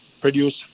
produce